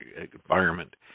environment